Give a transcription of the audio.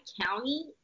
county